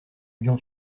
lyon